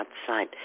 outside